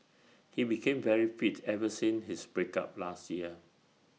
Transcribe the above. he became very fit ever since his break up last year